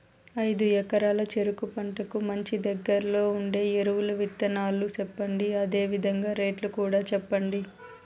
ఐదు ఎకరాల చెరుకు పంటకు మంచి, దగ్గర్లో ఉండే ఎరువుల వివరాలు చెప్పండి? అదే విధంగా రేట్లు కూడా చెప్పండి?